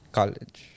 college